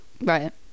right